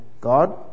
God